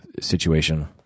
situation